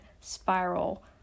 spiral